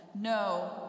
No